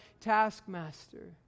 taskmaster